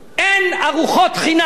אין ארוחות חינם.